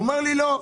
אמרו לי: לא.